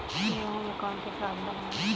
गेहूँ में कौनसी खाद लगाएँ?